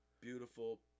Beautiful